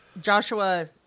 Joshua